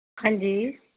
हां जी